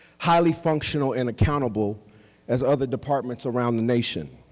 highly functional and accountable as other departments around the nation.